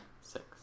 Six